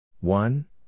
One